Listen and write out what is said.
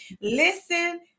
Listen